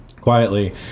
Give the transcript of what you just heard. quietly